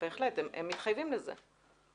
בהחלט הם מתחייבים לזה.